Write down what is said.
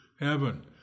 heaven